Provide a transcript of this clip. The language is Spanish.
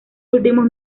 últimos